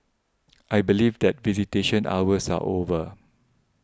I believe that visitation hours are over